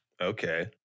Okay